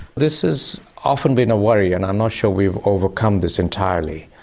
this has often been a worry and i'm not sure we've overcome this entirely.